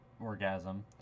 orgasm